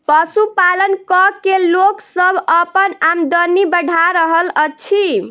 पशुपालन क के लोक सभ अपन आमदनी बढ़ा रहल अछि